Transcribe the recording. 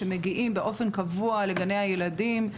שמגיעים באופן קבוע לגני הילדים,